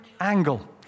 angle